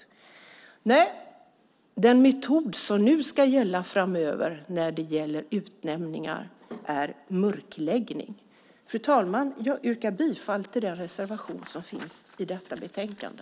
Nej, den metod som ska gälla framöver beträffande utnämningar är mörkläggning. Jag yrkar bifall till reservationen i detta betänkande.